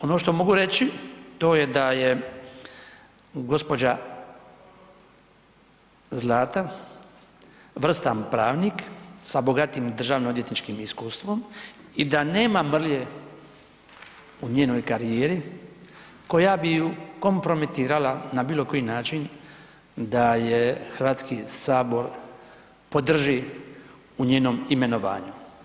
Ono što mogu reći to je da je gospođa Zlata vrstan pravnik sa bogatim državno-odvjetničkim iskustvom i da nema mrlje u njenoj karijeri koja bi ju kompromitirala na bilo koji način da je Hrvatski sabor podrži u njenom imenovanju.